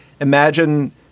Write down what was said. imagine